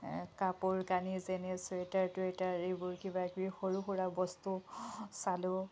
কাপোৰ কানি যেনে চুৱেটাৰ টুৱেটাৰ এইবোৰ কিবা কিবি সৰু সুৰা বস্তু চালোঁ